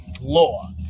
law